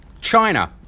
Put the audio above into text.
China